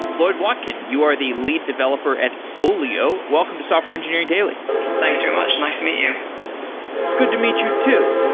lloyd watkin, you are the lead developer at olio, welcome to software engineering daily thanks very much. nice to meet you it's good to meet you too.